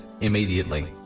immediately